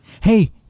Hey